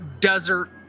desert